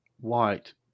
white